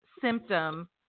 symptom